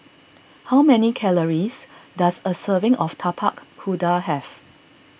how many calories does a serving of Tapak Kuda have